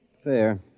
Fair